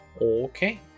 Okay